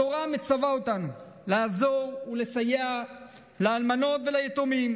התורה מצווה אותנו לעזור ולסייע לאלמנות וליתומים,